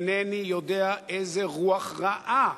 אינני יודע איזו רוח רעה